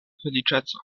feliĉeco